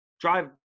drive